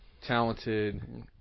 talented